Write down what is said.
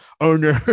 owner